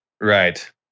Right